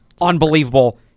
unbelievable